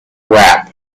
wrap